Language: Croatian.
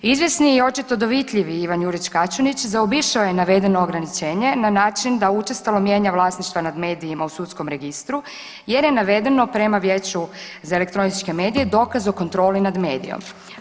Izvjesni i očito dovitljivi Ivan Jurić Kaćunić zaobišao je navedeno ograničenje na način da učestalo mijenja vlasništva nad medijima u sudskom registru jer je navedeno prema Vijeću za elektroničke medije dokaz o kontroli nad medijom.